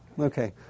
Okay